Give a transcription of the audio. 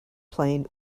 plane